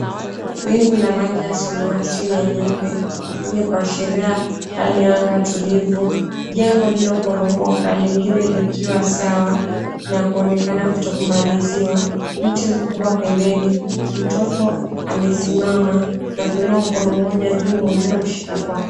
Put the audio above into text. Wingu la rangi ya samawati na nyeupe yenye kuashiria hali ya anga tulivu. Jengo lililoporomoka lingine likiwa sawa na kuonekana kutokumaliziwa, mti mkubwa pembeni. Mtoto amesimama na kuinua mkono mmoja juu mwingine ukishika kwapa.